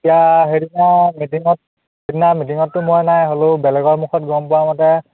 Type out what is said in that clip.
এতিয়া সেইদিনা মিটিঙত সেইদিনা মিটিঙতটো মই নাই হ'লেও বেলেগৰ মুখত গম পোৱা মতে